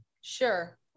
Sure